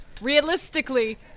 realistically